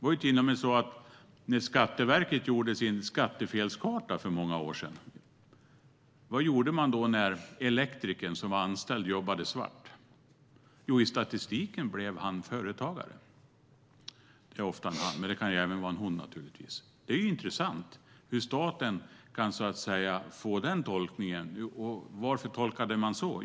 När Skatteverket för många år sedan gjorde sin skattefelskarta, vad gjorde man då med en elektriker som var anställd men jobbade svart? Jo, i statistiken blev han företagare. Det är ju ofta en han, men det kan naturligtvis även vara en hon. Det är intressant hur staten kan göra den tolkningen. Varför tolkade man det då så?